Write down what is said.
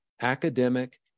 academic